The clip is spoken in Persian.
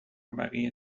بقیه